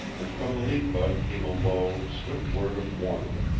and from the leaf bud came a low, swift word of warning.